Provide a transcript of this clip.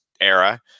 era